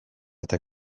eta